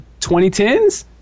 2010s